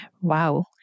Wow